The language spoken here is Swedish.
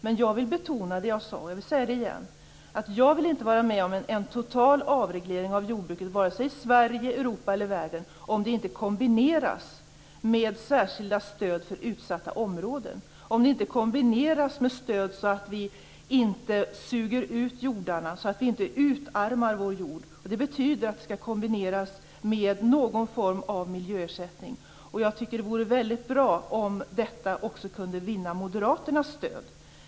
Men jag vill betona det som jag sade, och jag vill säga det igen, nämligen att jag inte vill vara med om en total avreglering av jordbruket, vare sig i Sverige, Europa eller världen om den inte kombineras med särskilda stöd för utsatta områden och om den inte kombineras med stöd så att vi inte suger ut jordarna och så att vi inte utarmar vår jord. Det betyder att en avreglering skall kombineras med någon form av miljöersättning. Och jag tycker att det vore väldigt bra om detta också kunde vinna Moderaternas stöd.